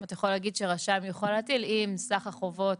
אתה יכול להגיד שרשם יוכל להטיל אם סך החובות